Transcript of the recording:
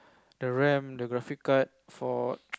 the ram the graphic card for